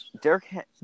Derek